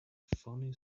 funny